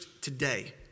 today